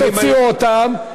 או שתוציאו אותם,